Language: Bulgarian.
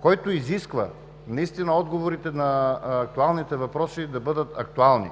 който изисква наистина отговорите на актуалните въпроси да бъдат актуални.